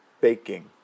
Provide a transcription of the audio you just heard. baking